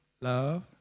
love